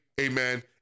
Amen